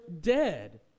dead